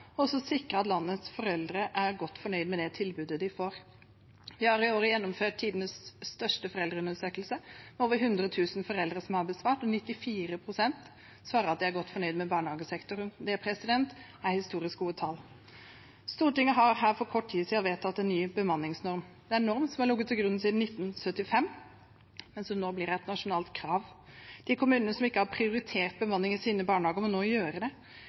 også sikret at landets foreldre er godt fornøyd med tilbudet de får. Vi har i år gjennomført tidenes største foreldreundersøkelse. Det er over 100 000 foreldre som har besvart den, og 94 pst. svarer at de er godt fornøyd med barnehagesektoren. Det er historisk gode tall. Stortinget har for kort tid siden vedtatt en ny bemanningsnorm. Det er en norm som har ligget til grunn siden 1975, men som nå blir et nasjonalt krav. De kommunene som ikke har prioritert bemanning i sine barnehager, må nå gjøre det.